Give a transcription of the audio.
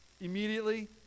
immediately